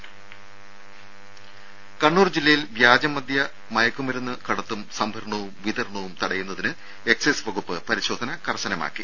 രംഭ കണ്ണൂർ ജില്ലയിൽ വ്യാജമദ്യ മയക്കുമരുന്ന് കടത്തും സംഭരണവും വിതരണവും തടയുന്നതിന് എക്സൈസ് വകുപ്പ് പരിശോധന കർശനമാക്കി